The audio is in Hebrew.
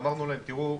ואמרנו להם: תראו,